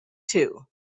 two